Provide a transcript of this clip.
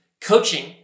coaching